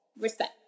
respect